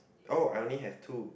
oh I only have two